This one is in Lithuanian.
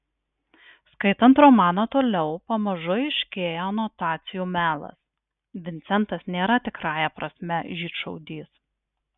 skaitant romaną toliau pamažu aiškėja anotacijų melas vincentas nėra tikrąja prasme žydšaudys